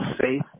safe